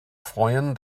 freuen